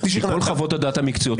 לפי כל חוות הדעת המקצועיות,